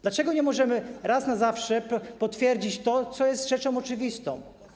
Dlaczego nie możemy raz na zawsze potwierdzić tego, co jest rzeczą oczywistą?